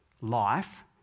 life